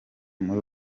muri